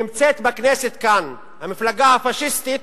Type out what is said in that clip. שנמצאת כאן בכנסת, המפלגה הפאשיסטית,